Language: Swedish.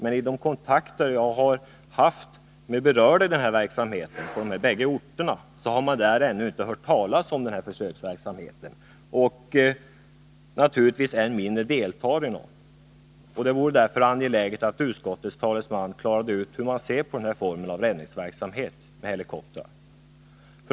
Av de kontakter som jag har haft med berörda i denna verksamhet på de båda orterna har framgått att de ännu inte har hört talas om denna verksamhet, än mindre deltagit i den. Det vore därför värdefullt om utskottets talesman kunde klara ut hur utskottet ser på denna form av räddningsverksamhet med helikoptrar.